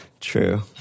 True